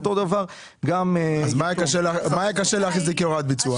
כך אותו דבר -- מה היה קשה להכניס את זה כהוראת ביצוע?